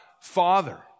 Father